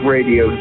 Radio